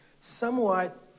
somewhat